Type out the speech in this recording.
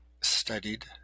studied